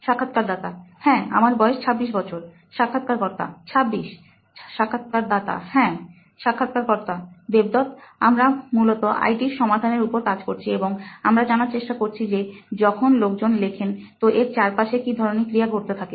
সাক্ষাৎকারদাতা হ্যাঁ আমার বয়স 26 বছর সাক্ষাৎকারকর্তা 26 সাক্ষাৎকারদাতা হ্যাঁ সাক্ষাৎকারকর্তা দেবদৎ আমরা মূলত আই টির সমাধানের উপর কাজ করছি এবং আমরা জানার চেষ্টা করছি যে যখন লোকজন লেখেন তো এর চারপাশে কি ধরনের ক্রিয়া ঘটতে থাকে